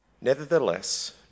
Nevertheless